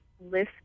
list